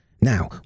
Now